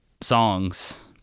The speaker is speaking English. songs